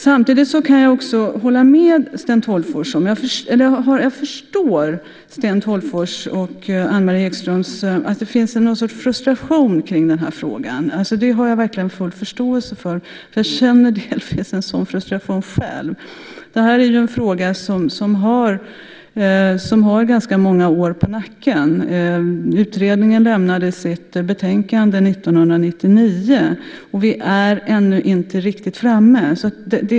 Samtidigt har jag verkligen full förståelse för Sten Tolgfors och Anne-Marie Ekströms frustration i den här frågan, för jag känner delvis själv en sådan frustration. Det här är ju en fråga som har ganska många år på nacken. Utredningen lämnade sitt betänkande 1999, och vi är ännu inte riktigt framme.